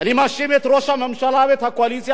אני מאשים את ראש הממשלה ואת הקואליציה